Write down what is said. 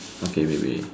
okay maybe